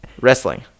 Wrestling